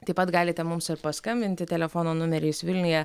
taip pat galite mums ir paskambinti telefono numeriais vilniuje